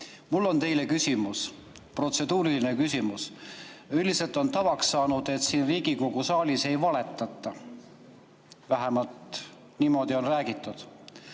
Mul on teile küsimus, protseduuriline küsimus. Üldiselt on tavaks saanud, et siin Riigikogu saalis ei valetata. Vähemalt niimoodi on räägitud.